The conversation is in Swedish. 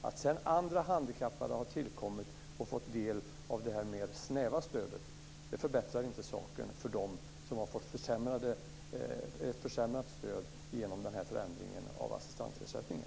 Att sedan andra handikappade har tillkommit och fått del av det mer snäva stödet förbättrar inte saken för dem som har fått ett försämrat stöd genom förändringen av assistansersättningen.